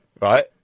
Right